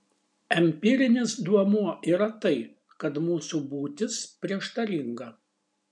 empirinis duomuo yra tai kad mūsų būtis prieštaringa